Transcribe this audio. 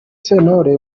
sentore